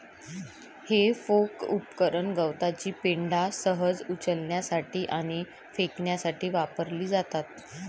हे फोर्क उपकरण गवताची पेंढा सहज उचलण्यासाठी आणि फेकण्यासाठी वापरली जातात